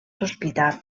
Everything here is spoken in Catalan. sospitar